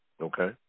Okay